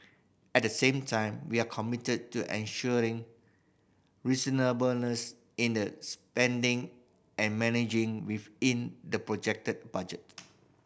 at the same time we are committed to ensuring reasonableness in their spending and managing within the projected budget